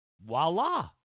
voila